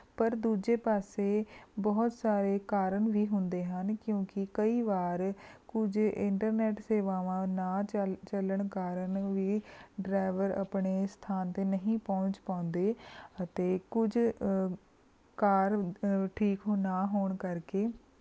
ਪਰ ਦੂਜੇ ਪਾਸੇ ਬਹੁਤ ਸਾਰੇ ਕਾਰਨ ਵੀ ਹੁੰਦੇ ਹਨ ਕਿਉਂਕਿ ਕਈ ਵਾਰ ਕੁਝ ਇੰਟਰਨੈੱਟ ਸੇਵਾਵਾਂ ਨਾ ਚੱਲ ਚੱਲਣ ਕਾਰਨ ਵੀ ਡਰਾਇਵਰ ਆਪਣੇ ਸਥਾਨ 'ਤੇ ਨਹੀਂ ਪਹੁੰਚ ਪਾਉਂਦੇ ਅਤੇ ਕੁਝ ਕਾਰ ਠੀਕ ਨਾ ਹੋਣ ਕਰਕੇ